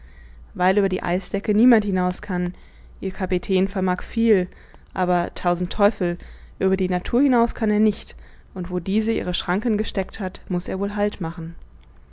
weil über die eisdecke niemand hinaus kann ihr kapitän vermag viel aber tausend teufel über die natur hinaus kann er nicht und wo diese ihre schranken gesteckt hat muß er wohl halt